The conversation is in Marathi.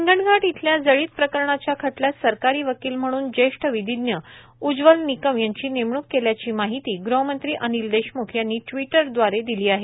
हिंगणघाट इथल्या जळीत प्रकरणाच्या खटल्यात सरकारी वकील म्हणून ज्येष्ठ विधीज्ञ उज्ज्वल निकम यांची नेमणूक केल्याची माहिती गूहमंत्री अनिल देशम्ख यांनी ट्वीटर दवारे दिली आहे